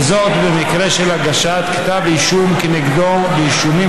וזאת במקרה של הגשת כתב אישום כנגדו ואישומים